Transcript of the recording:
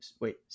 Wait